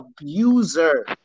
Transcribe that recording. abuser